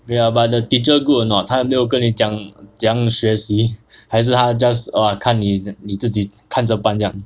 ya but the teacher good or not 他有没有跟你讲怎样学习还是他 just !wah! 看你你自己看着办这样